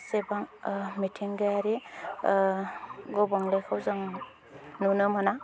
एसेबां मिथिंगायारि गुबुंलेखौ जों नुनो मोना